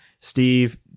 Steve